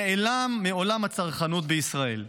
נעלם מעולם הצרכנות בישראל.